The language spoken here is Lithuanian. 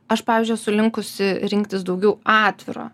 aš pavyzdžiui esu linkusi rinktis daugiau atviro